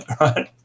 right